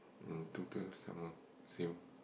mm total someone same